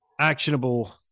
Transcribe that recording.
actionable